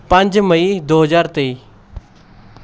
ਪੰਜ ਮਈ ਦੋ ਹਜ਼ਾਰ ਤੇਈ